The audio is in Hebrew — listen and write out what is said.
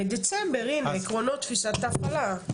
בדצמבר, הנה עקרונות תפיסת ההפעלה.